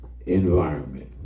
environment